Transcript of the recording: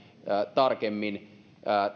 tarkemmin